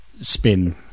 spin